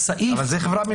זאת חברה ממשלתית.